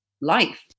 life